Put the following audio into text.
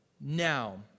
now